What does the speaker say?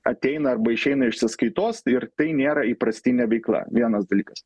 ateina arba išeina iš sąskaitos tai ir tai nėra įprastinė veikla vienas dalykas